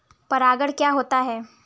परागण क्या होता है?